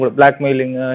blackmailing